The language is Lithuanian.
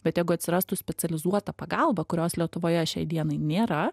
bet jeigu atsirastų specializuota pagalba kurios lietuvoje šiai dienai nėra